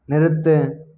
நிறுத்து